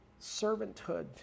servanthood